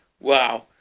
Wow